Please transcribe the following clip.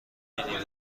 مینی